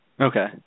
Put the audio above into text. Okay